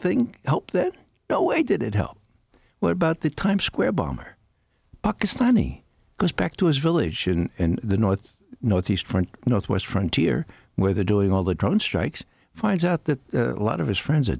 think help that no way did it help what about the times square bomber pakistani goes back to his village in the north northeast front northwest frontier where they're doing all the drone strikes finds out that a lot of his friends are